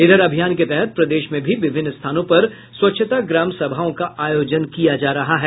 इधर अभियान के तहत प्रदेश में भी विभिन्न स्थानों पर स्वच्छता ग्राम सभाओं का आयोजन किया जा रहा है